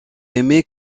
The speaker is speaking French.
aimé